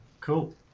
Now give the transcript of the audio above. cool